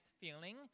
feeling